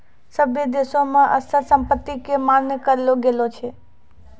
सभ्भे देशो मे अचल संपत्ति के मान्य करलो गेलो छै